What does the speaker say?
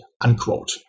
unquote